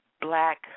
black